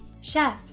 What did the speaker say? Chef